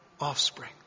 offspring